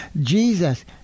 Jesus